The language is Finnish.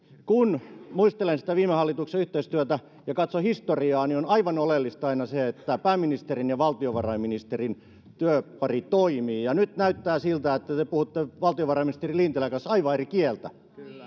kun muistelen sitä viime hallituksen yhteistyötä ja katson historiaa niin on aivan oleellista aina se että pääministerin ja valtiovarainministerin työpari toimii nyt näyttää siltä että te te puhutte valtiovarainministeri lintilän kanssa aivan eri kieltä